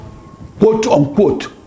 quote-unquote